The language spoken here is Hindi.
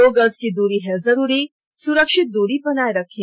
दो गज की दूरी है जरूरी सुरक्षित दूरी बनाए रखें